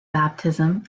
baptism